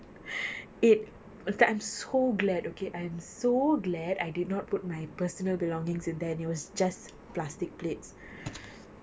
it in fact I'm so glad okay I'm so glad I did not put my personal belongings in there and it was just plastic plates